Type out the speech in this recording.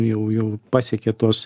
jau jau pasiekė tuos